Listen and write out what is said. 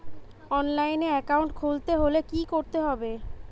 অনলাইনে একাউন্ট খুলতে হলে কি করতে হবে?